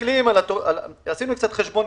עשינו חשבון,